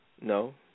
No